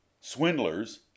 swindlers